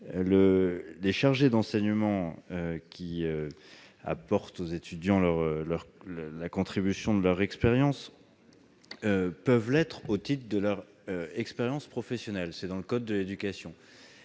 Les chargés d'enseignement qui apportent aux étudiants la contribution de leur expérience peuvent obtenir un poste au titre de leur expérience professionnelle, comme le prévoit le code de l'éducation.